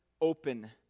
open